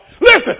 Listen